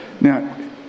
Now